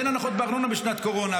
תן הנחות בארנונה בשנת קורונה,